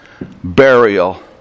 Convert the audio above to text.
burial